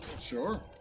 Sure